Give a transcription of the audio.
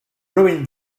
ruin